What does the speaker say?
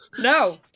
No